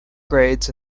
grades